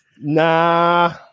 nah